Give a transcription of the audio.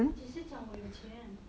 我几时讲我有钱